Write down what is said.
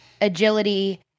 agility